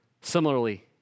Similarly